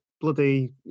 Bloody